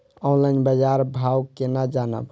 Online बाजार भाव केना जानब?